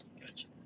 Gotcha